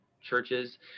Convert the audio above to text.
churches